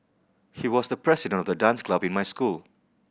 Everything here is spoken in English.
he was the president of the dance club in my school